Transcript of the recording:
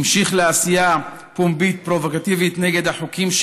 המשיך לעשייה פומבית פרובוקטיבית נגד החוקים,